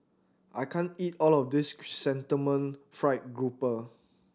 I can't eat all of this Chrysanthemum Fried Grouper